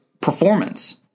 performance